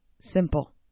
Simple